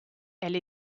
elle